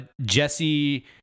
jesse